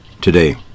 today